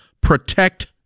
Protect